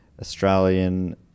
Australian